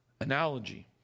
analogy